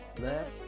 left